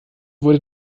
wurde